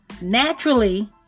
naturally